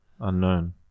Unknown